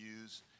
use